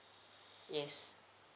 yes